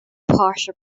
posher